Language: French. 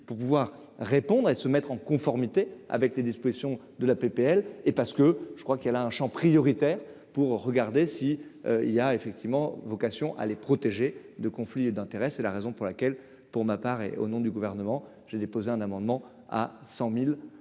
pour pouvoir répondre et se mettre en conformité avec les dispositions de la PPL et parce que je crois qu'elle a un Champ prioritaire pour regarder si il y a effectivement vocation à les protéger de conflit d'intérêt, c'est la raison pour laquelle, pour ma part et au nom du gouvernement j'ai déposé un amendement à 100000